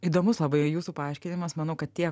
įdomus labai jūsų paaiškinimas manau kad tie